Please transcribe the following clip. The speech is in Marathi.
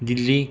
दिल्ली